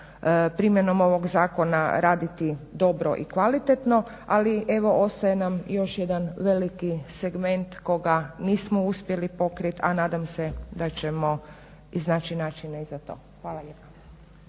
primjenom ovog zakona raditi dobro i kvalitetno, ali evo ostaje nam još jedan veliki segment koga nismo uspjeli pokrit, a nadam se da ćemo iznaći načina i za to. Hvala lijepo.